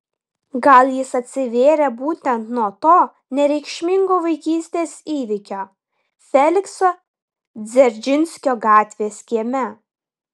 gal jis atsivėrė būtent nuo to nereikšmingo vaikystės įvykio felikso dzeržinskio gatvės kieme